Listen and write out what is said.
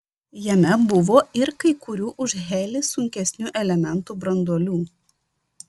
jame buvo ir kai kurių už helį sunkesnių elementų branduolių